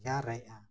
ᱵᱷᱮᱜᱟᱨᱮᱫᱼᱟ